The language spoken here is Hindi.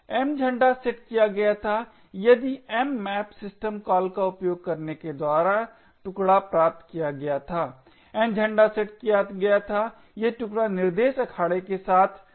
M झंडा सेट किया गया था यदि mmap सिस्टम कॉल का उपयोग करने के द्वारा टुकड़ा प्राप्त किया गया था N झंडा सेट किया गया था यदि टुकड़ा निर्देश अखाड़े के साथ है